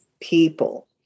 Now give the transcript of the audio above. people